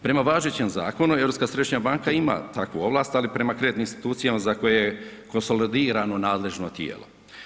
Prema važećem zakonu, Europska središnja banka ima takvu ovlast, ali prema kreditnim institucijama za koje je konsolidirano nadležno tijelo.